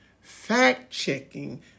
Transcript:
fact-checking